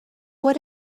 what